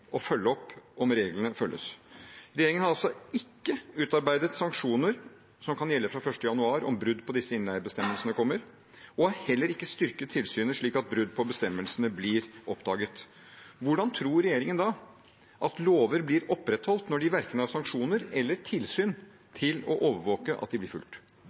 og som følger opp om reglene følges. Regjeringen har ikke utarbeidet sanksjoner – som kan gjelde fra 1. januar – dersom brudd på innleiebestemmelsene forekommer, og har heller ikke styrket tilsynet slik at brudd på bestemmelsene blir oppdaget. Hvordan tror regjeringen at lover blir opprettholdt, når de verken har sanksjoner eller har tilsyn til å overvåke at de blir fulgt?